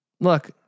Look